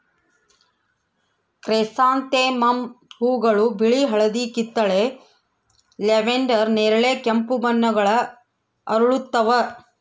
chrysanthemum ಹೂವುಗಳು ಬಿಳಿ ಹಳದಿ ಕಿತ್ತಳೆ ಲ್ಯಾವೆಂಡರ್ ನೇರಳೆ ಕೆಂಪು ಬಣ್ಣಗಳ ಅರಳುತ್ತವ